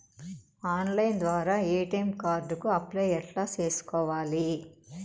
Online ద్వారా ATM card కు apply ఎట్లా సేసుకోవాలి?